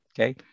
okay